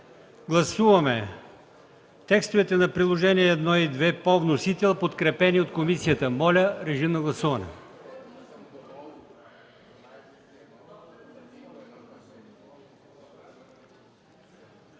Гласуваме текстовете на Приложение № 1 и Приложение № 2 по вносител, подкрепени от комисията. Моля, режим на гласуване.